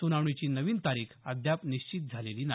सुनावणीची नवीन तारीख अद्याप निश्चित झालेली नाही